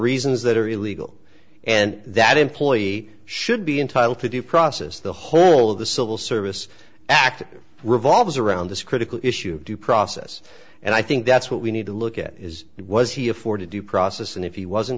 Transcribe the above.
reasons that are illegal and that employee should be entitled to due process the whole of the civil service act revolves around this critical issue due process and i think that's what we need to look at is it was he afforded due process and if he wasn't